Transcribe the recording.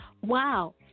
Wow